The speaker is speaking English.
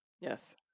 Yes